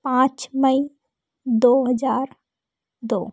पाँच मई दो हज़ार दो